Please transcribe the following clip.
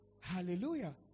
Hallelujah